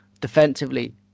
Defensively